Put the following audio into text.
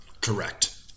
correct